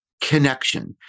connection